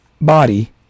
body